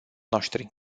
noștri